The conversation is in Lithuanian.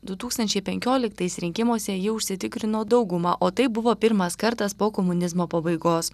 du tūkstančiai penkioliktais rinkimuose ji užsitikrino daugumą o tai buvo pirmas kartas po komunizmo pabaigos